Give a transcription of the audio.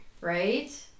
Right